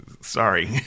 sorry